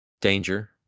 danger